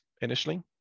initially